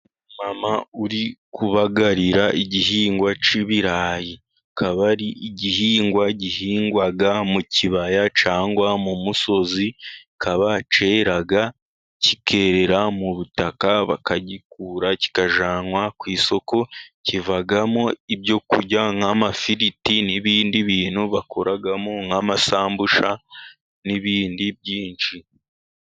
Umu mama uri kubagarira igihingwa cy'ibirayi, kikaba ari igihingwa gihingwa mu kibaya cyangwa mu musozi, kikaba kerera mu butaka, bakagikura kikajyanwa ku isoko, kivamo ibyo kurya nk'amafiriti, n'ibindi bintu bakoramo nk'amasambusha, n'ibindi byinshi.